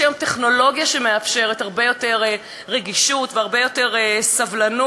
יש היום טכנולוגיה שמאפשרת הרבה יותר רגישות והרבה יותר סובלנות.